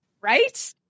right